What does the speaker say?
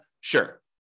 Sure